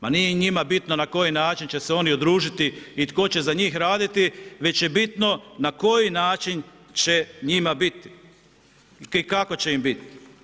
Pa nije njima bitno na koji način će se oni udružiti i tko će za njih raditi, već je bitno na koji način će njima biti i kako će im biti.